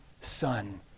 son